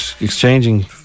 exchanging